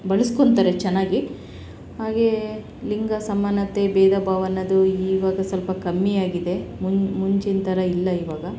ಬಳಸ್ಕೊಳ್ತಾರೆ ಚೆನ್ನಾಗಿ ಹಾಗೇ ಲಿಂಗ ಸಮಾನತೆ ಭೇದ ಭಾವ ಅನ್ನೋದು ಈವಾಗ ಸ್ವಲ್ಪ ಕಮ್ಮಿ ಆಗಿದೆ ಮುನ್ ಮುಂಚಿನ ಥರ ಇಲ್ಲ ಇವಾಗ